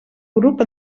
grup